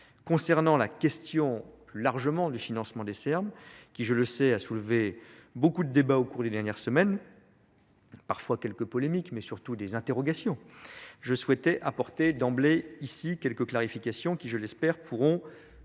concernant la question plus largement du financement des Serbes qui, je le sais a soulevé beaucoup de débats au cours des dernières semaines. Parfois, quelques polémiques mais surtout des interrogations je souhaitais apporter d'emblée ici quelques clarifications qui je l'espère pourront vous